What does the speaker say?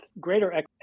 greater